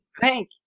Thank